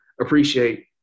appreciate